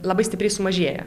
labai stipriai sumažėja